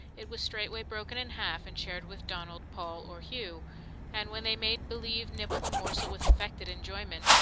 it was straightway broken in half and shared with donald, paul or hugh and, when they made believe nibble the morsel with affected enjoyment,